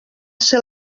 ser